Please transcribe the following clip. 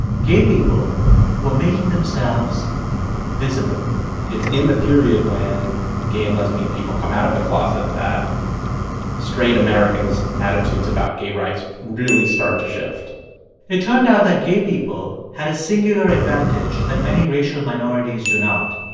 gay people were making themselves visible it's in the period when gay and lesbian people come out of the closet that straight americans' attitudes about gay rights really start to shift it turned out that gay people had a singular advantage that many racial minorities do not.